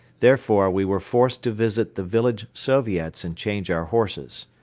therefore, we were forced to visit the village soviets and change our horses.